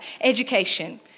education